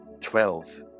twelve